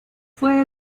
fue